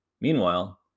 Meanwhile